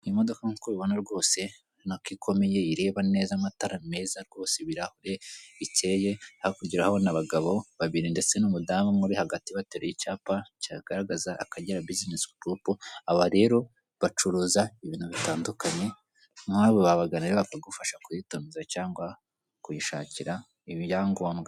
Inyubako igaragara nk'ishuri mbere yayo hamanitse idarapo rigihugu cy'u Rwanda hanze y'ikigo hari umuntu mu muhanda ufite igitabo mu ntoki ugenda yihuta ageze hafi y'icyapa.